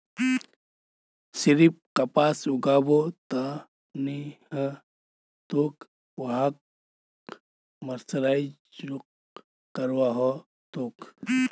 सिर्फ कपास उगाबो त नी ह तोक वहात मर्सराइजो करवा ह तोक